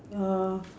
uh